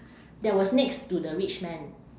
that was next to the rich man